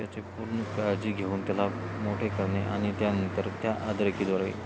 त्याची पूर्ण काळजी घेऊन त्याला मोठे करने आणि त्यानंतर त्या अद्रकीद्वारे